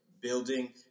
building